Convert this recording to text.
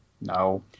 No